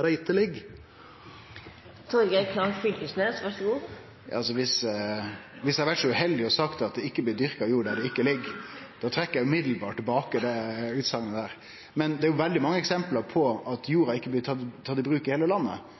den ikke ligger? Viss eg har vore så uheldig og sagt at det blir dyrka jord der ho ikkje ligg, da trekkjer eg umiddelbart tilbake den utsegna. Men det er veldig mange eksempel på at jorda ikkje blir tatt i bruk i heile landet.